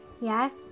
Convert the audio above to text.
yes